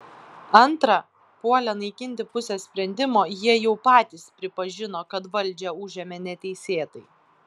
antra puolę naikinti pusę sprendimo jie jau patys pripažino kad valdžią užėmė neteisėtai